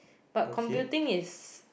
but computing is